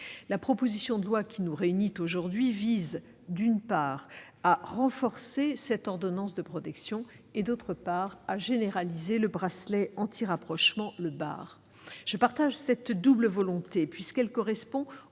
La proposition de loi qui nous réunit aujourd'hui vise, d'une part, à renforcer l'ordonnance de protection et, d'autre part, à généraliser l'utilisation du bracelet anti-rapprochement (BAR). Je partage cette double volonté, puisqu'elle correspond aux